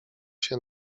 się